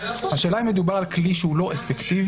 אם מדובר על כלי שהוא לא אפקטיבי,